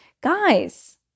Guys